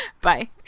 Bye